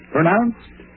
Pronounced